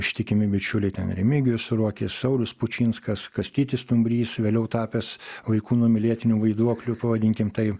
ištikimi bičiuliai ten remigijus ruokis saulius pučinskas kastytis stumbrys vėliau tapęs vaikų numylėtiniu vaiduokliu pavadinkim tai